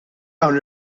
hawn